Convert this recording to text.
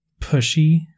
pushy